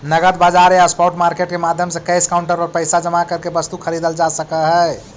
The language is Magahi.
नगद बाजार या स्पॉट मार्केट के माध्यम से कैश काउंटर पर पैसा जमा करके वस्तु खरीदल जा सकऽ हइ